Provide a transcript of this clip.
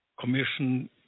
commission